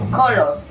color